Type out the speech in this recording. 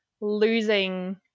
losing